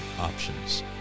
options